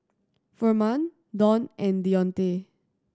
Furman Donn and Deontae